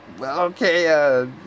okay